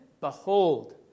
Behold